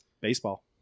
baseball